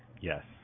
Yes